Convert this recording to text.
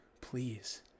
please